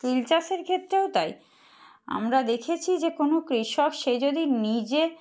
তিল চাষের ক্ষেত্রেও তাই আমরা দেখেছি যে কোনো কৃষক সে যদি নিজে